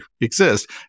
exist